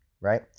right